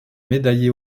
médaillé